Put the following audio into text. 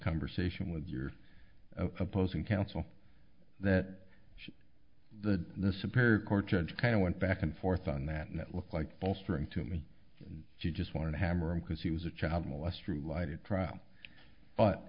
conversation with your opposing counsel that the the superior court judge kind of went back and forth on that and it looked like bolstering to me she just wanted to hammer him because he was a child molester trial but